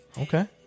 Okay